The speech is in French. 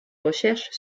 recherche